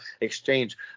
exchange